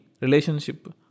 Relationship